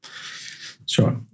Sure